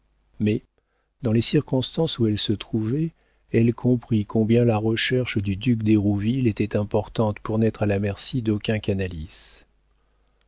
mais dans les circonstances où elle se trouvait elle comprit combien la recherche du duc d'hérouville était importante pour n'être à la merci d'aucun canalis